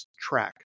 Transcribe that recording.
track